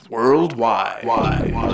Worldwide